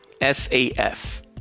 S-A-F